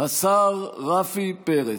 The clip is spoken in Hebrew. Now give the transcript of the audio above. השר רפי פרץ.